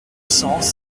cents